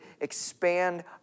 expand